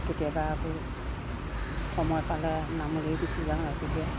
কেতিয়াবা আকৌ সময় পালে নামলৈয়ে গুচি যাওঁ ৰাতিপুৱাই